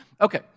Okay